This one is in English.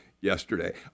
Yesterday